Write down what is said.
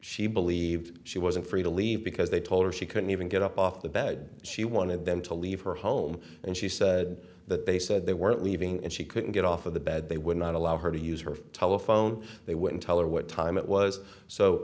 she believed she wasn't free to leave because they told her she couldn't even get up off the bed she wanted them to leave her home and she said that they said they weren't leaving and she couldn't get off of the bed they would not allow her to use her telephone they wouldn't tell her what time it was so